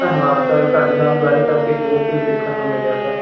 ਧੰਨਵਾਦ ਸਰ ਤੁਹਾਡੇ ਨਾਲ ਗੱਲ ਕਰਕੇ ਬਹੁਤ ਕੁਝ ਸਿੱਖਣ ਨੂੰ ਮਿਲਿਆ ਸਰ